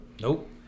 nope